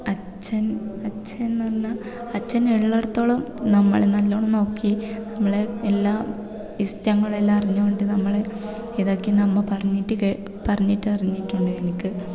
അച്ഛൻ അച്ഛനെന്നു പറഞ്ഞാൽ അച്ഛൻ ഉള്ളിടത്തോളം നമ്മളെ നല്ലവണ്ണം നോക്കി നമ്മളുടെ എല്ലാം ഇഷ്ടങ്ങളെല്ലാം അറിഞ്ഞു കൊണ്ട് നമ്മളെ ഇതാക്കി അമ്മ പറഞ്ഞിട്ട് കേ പറഞ്ഞിട്ട് അറിഞ്ഞിട്ടുണ്ടെനിക്ക്